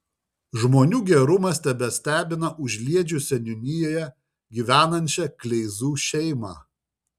žmonių gerumas tebestebina užliedžių seniūnijoje gyvenančią kleizų šeimą